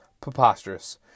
preposterous